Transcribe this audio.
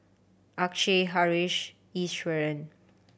Akshay Haresh Iswaran